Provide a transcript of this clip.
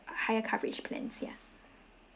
higher coverage plans yeah